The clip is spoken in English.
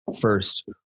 first